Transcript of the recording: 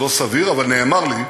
לא סביר, אבל נאמר לי,